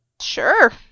Sure